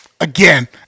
again